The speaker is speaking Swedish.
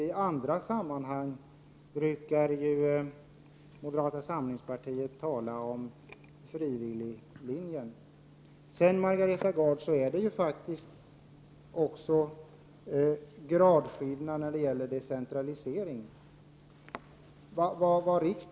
i andra sammanhang brukar ju moderata samlingspartiet tala om frivilliglinjen. Det finns gradskillnader när det gäller decentralisering.